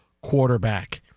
quarterback